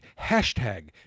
Hashtag